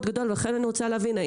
מאוד גדול ולכן אני רוצה להבין,